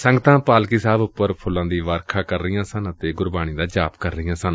ਸੰਗਤਾਂ ਪਾਲਕੀ ਸਾਹਿਬ ਉਪਰ ਫੁੱਲਾਂ ਦੀ ਵਰਖਾ ਕਰ ਰਹੀਆਂ ਸਨ ਅਤੇ ਗੁਰਬਾਨੀ ਦੇ ਜਾਪ ਕਰ ਰਹੀਆਂ ਸਨ